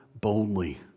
boldly